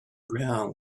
ground